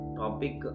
topic